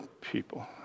people